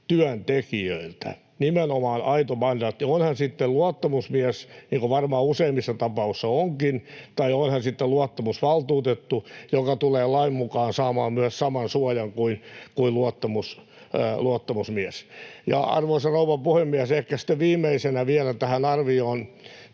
työntekijöiltä — nimenomaan aito mandaatti, on hän sitten luottamusmies, niin kuin varmaan useimmissa tapauksissa onkin, tai on hän sitten luottamusvaltuutettu, joka tulee lain mukaan saamaan myös saman suojan kuin luottamusmies. Arvoisa rouva puhemies! Ehkä sitten viimeisenä vielä, kun